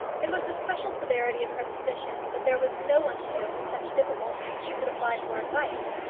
it was the special severity of her position that there was no one to whom, in such difficulties, she could apply for advice.